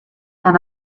and